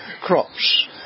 crops